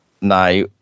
Now